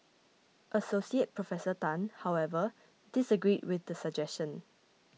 Associate Professor Tan however disagreed with the suggestion